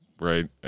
right